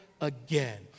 again